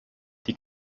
die